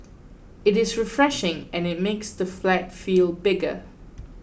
it is refreshing and it makes the flat feel bigger